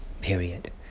period